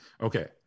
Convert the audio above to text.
okay